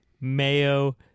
mayo-